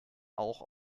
auch